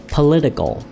Political